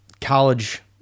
college